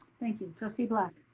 thank you, trustee black.